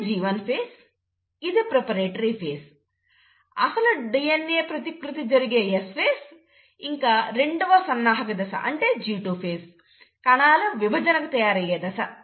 ఇది G1 phase ఇది preparatory phase అసలు DNA ప్రతికృతి జరిగే S phase ఇంకా రెండవ సన్నాహక దశ అంటే G2 phase కణాలు విభజనకి తయారయ్యే దశ